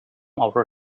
outer